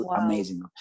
amazing